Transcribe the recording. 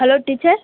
hello teacher